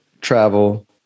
travel